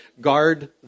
guard